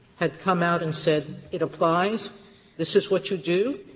had come out and said, it applies this is what you do